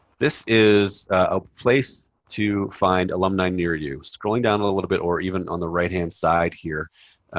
this is a place to find alumni near you. scrolling down a little bit, or even on the right hand side here,